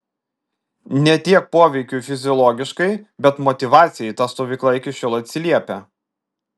ne tiek poveikiui fiziologiškai bet motyvacijai ta stovykla iki šiol atsiliepia